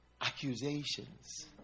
accusations